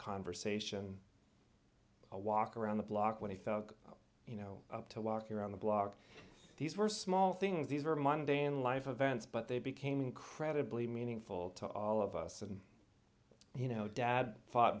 conversation a walk around the block when he felt you know to walk around the block these were small things these are monday in life events but they became incredibly meaningful to all of us and you know dad fought